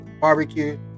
Barbecue